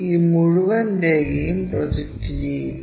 ഈ മുഴുവൻ രേഖയും പ്രോജക്റ്റ് ചെയ്യുക